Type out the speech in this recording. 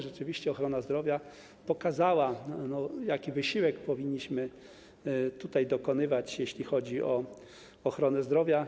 Rzeczywiście ochrona zdrowia pokazała, jakiego wysiłku powinniśmy dokonywać, jeśli chodzi o ochronę zdrowia.